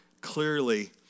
clearly